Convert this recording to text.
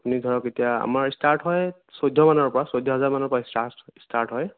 আপুনি ধৰক এতিয়া আমাৰ ষ্টাৰ্ট হয় চৈধ্য মানৰ পৰা চৈধ্য় হাজাৰমানৰ পৰা ষ্টাৰ্ট ষ্টাৰ্ট হয়